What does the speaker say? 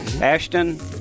Ashton